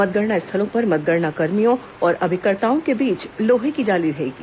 मतगणना स्थलों पर मतगणना कर्मियों और अभिकर्ताओं के बीच लोहे की जाली रहेगी